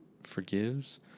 forgives